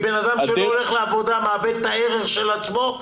אדם שלא הולך לעבודה מאבד את ההערכה העצמית שלו.